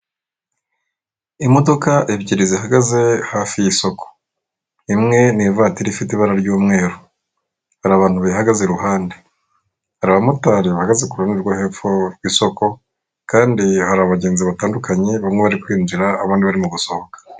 Imodoka ebyiri zihagaze hafi y'isoko, imwe ni ivatiri ifite ibara ry'umweru, hari abantu bahagaze iruhande, hari abamotari bahagaze ku ruhande rwo hepfo rw'isoko kandi hari abagenzi batandukanye bamwe bari kw'injira abandi barimo gusohoka.